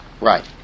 right